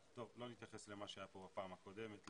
לא נתייחס למה שהיה פה בפעם הקודמת,